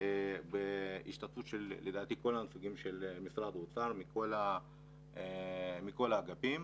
בהשתתפות כל נציגי משרד האוצר, מכל האגפים,